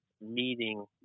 meeting